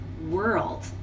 world